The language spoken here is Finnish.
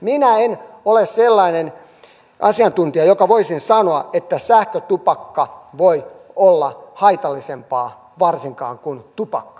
minä en ole sellainen asiantuntija joka voisi sanoa että sähkötupakka voi olla haitallisempaa varsinkaan kuin tupakka